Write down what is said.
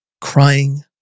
crying